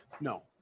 No